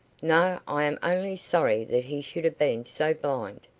no i am only sorry that he should have been so blind.